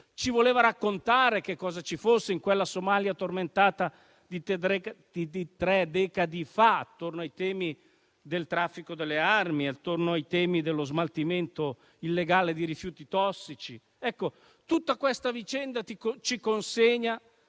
ci voleva raccontare cosa ci fosse in quella Somalia tormentata di tre decadi fa attorno ai temi del traffico delle armi e dello smaltimento illegale di rifiuti tossici. Tutta questa vicenda ci consegna